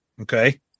Okay